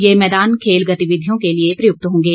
ये मैदान खेल गतिविधियों के लिए प्रयुक्त होंगे